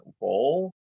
role